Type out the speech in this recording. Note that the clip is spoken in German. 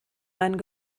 einen